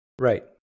Right